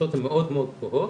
מאוד גבוהות.